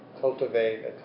cultivate